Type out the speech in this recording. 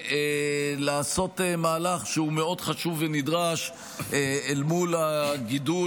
ולעשות מהלך שהוא מאוד חשוב ונדרש אל מול הגידול